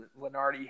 Lenardi